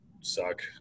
suck